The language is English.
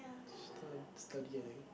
start study I think